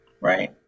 right